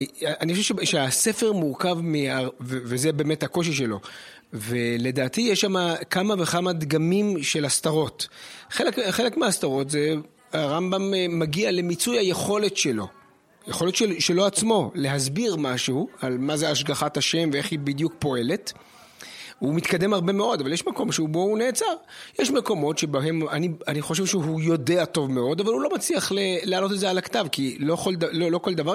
אני חושב שהספר מורכב, וזה באמת הקושי שלו, ולדעתי יש שם כמה וכמה דגמים של הסתרות. חלק מההסתרות זה הרמב״ם מגיע למיצוי היכולת שלו. יכולת שלו עצמו להסביר משהו על מה זה השגחת השם ואיך היא בדיוק פועלת. הוא מתקדם הרבה מאוד, אבל יש מקום שבו הוא נעצר. יש מקומות שבהם אני חושב שהוא יודע טוב מאוד, אבל הוא לא מצליח לעלות את זה על הכתב, כי לא כל דבר.